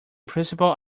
principle